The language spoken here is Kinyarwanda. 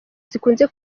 zikunze